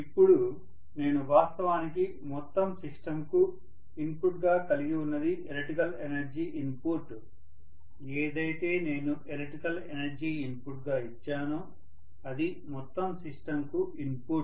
ఇప్పుడు నేను వాస్తవానికి మొత్తం సిస్టంకు ఇన్పుట్ గా కలిగి ఉన్నది ఎలక్ట్రికల్ ఎనర్జీ ఇన్పుట్ ఏదైతే నేను ఎలక్ట్రికల్ ఎనర్జీ ఇన్పుట్ గా ఇచ్చానో అది మొత్తం సిస్టంకు ఇన్పుట్